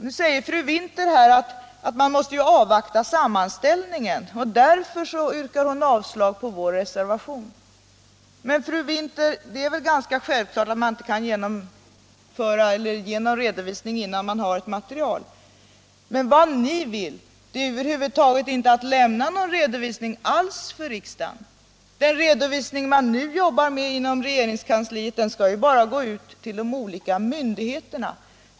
Nu säger fru Winther att man måste avvakta sammanställningen, och därför yrkar hon avslag på vår reservation. Det är väl ganska självklart, fru Winther, att man inte kan ge någon redovisning innan man har material, men vad ni vill är att inte lämna någon redovisning alls för frågan. Den redovisning man nu jobbar med inom regeringskansliet skall ju bara gå ut till de olika myndigheterna.